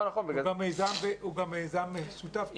הוא גם מיזם משותף.